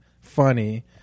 funny